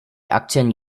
aktien